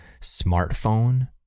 smartphone